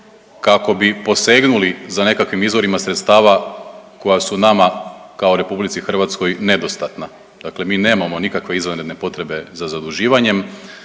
kako bi posegnuli za nekakvim izvorima sredstva koja su nama kao RH nedostatna, dakle mi nemamo nikakve izvanredne potrebe za zaduživanjem